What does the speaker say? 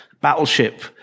battleship